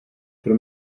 pro